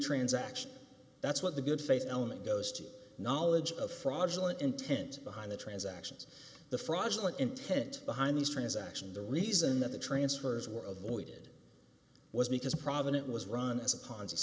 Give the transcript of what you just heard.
transaction that's what the good faith element goes to knowledge of fraudulent intent behind the transactions the fraudulent intent behind these transactions the reason that the transfers were of voided was because provident was run as a po